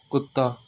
ਕੁੱਤਾ